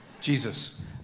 Jesus